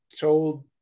told